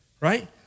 right